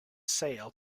sailed